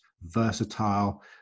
versatile